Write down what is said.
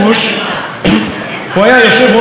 הוא היה יושב-ראש סיעת העבודה,